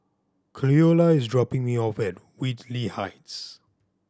Cleola is dropping me off at Whitley Heights